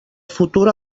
futur